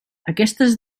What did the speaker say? aquestes